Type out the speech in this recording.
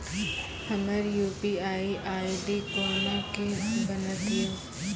हमर UPI ID कोना के बनत यो?